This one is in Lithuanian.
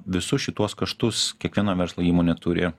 visus šituos kaštus kiekviena verslo įmonė turi